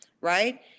right